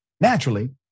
naturally